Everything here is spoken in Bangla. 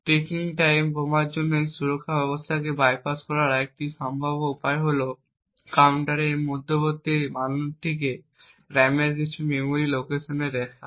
টিকিং টাইম বোমার জন্য এই সুরক্ষা ব্যবস্থাকে বাইপাস করার আরেকটি সম্ভাব্য উপায় হল কাউন্টারের এই মধ্যবর্তী মানটিকে র্যামের কিছু মেমরি লোকেশনে লেখা